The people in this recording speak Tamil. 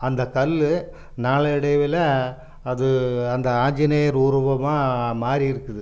அந்த கல் நாளடைவில் அது அந்த ஆஞ்சினேயர் உருவமாக மாறியிருக்குது